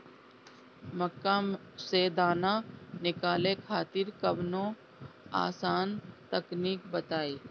मक्का से दाना निकाले खातिर कवनो आसान तकनीक बताईं?